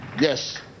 Yes